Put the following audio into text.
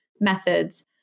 methods